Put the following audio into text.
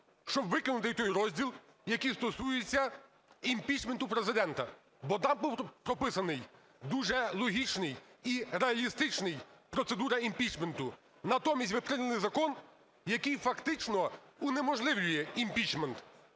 Щоб викинути той розділ, який стосується імпічменту Президента, бо там була прописана дуже логічна і реалістична процедура імпічменту. Натомість ви прийняли закон, який, фактично, унеможливлює імпічмент,